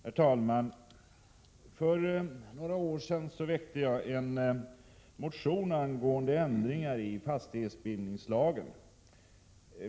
Herr talman! För några år sedan väckte jag en motion angående ändringar i fastighetsbildningslagen.